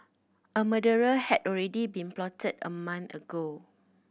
a murder had already been plotted a month ago